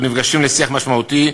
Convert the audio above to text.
נפגשים לשיח משמעותי"